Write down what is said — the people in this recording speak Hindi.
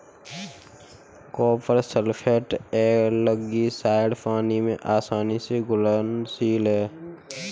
कॉपर सल्फेट एल्गीसाइड पानी में आसानी से घुलनशील है